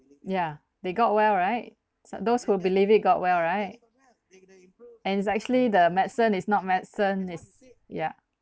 ya they got well right so those who believe it got well right and is actually the medicine is not medicine is yeah